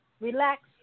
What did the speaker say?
relax